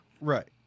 Right